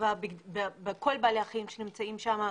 בסביבה ובכל בעלי החיים שנמצאים שם,